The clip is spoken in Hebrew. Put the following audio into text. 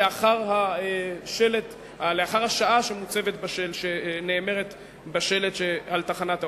לאחר השעה שקבועה בשלט שעל תחנת האוטובוס.